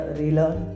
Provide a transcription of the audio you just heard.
relearn